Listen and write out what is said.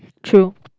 true